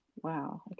Wow